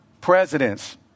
presidents